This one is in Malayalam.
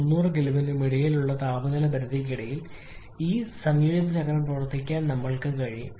അതിനാൽ 1300 K നും 306 നും ഇടയിലുള്ള താപനില പരിധിക്കിടയിൽ ഈ സംയോജിത ചക്രം പ്രവർത്തിപ്പിക്കാൻ ഞങ്ങൾക്ക് കഴിയും